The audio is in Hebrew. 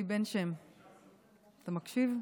אלי בן שם, אתה מקשיב?